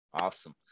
Awesome